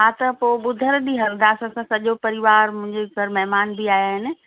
हा त पोइ बुधरु ॾींहुं हलदासीं असां सॼो परिवार मुंहिंजो घर महिमान बि आया आहिनि